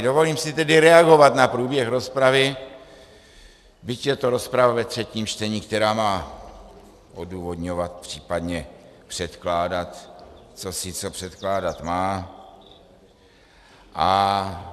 Dovolím si tedy reagovat na průběh rozpravy, byť je to rozprava ve třetím čtení, která má odůvodňovat, případně předkládat cosi, co předkládat má.